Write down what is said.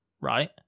right